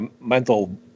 mental